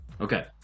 Okay